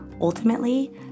ultimately